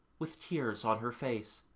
with tears on her face.